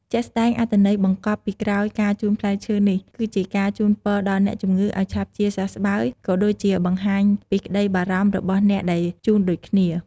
ជាក់ស្ដែងអត្ថន័យបង្កប់ពីក្រោយការជូនផ្លែឈើនេះ គឺជាការជូនពរដល់អ្នកជំងឺឱ្យឆាប់ជាសះស្បើយ ក៏ដូចជាបង្ហាញពីក្ដីបារម្ភរបស់អ្នកដែលជូនដូចគ្នា។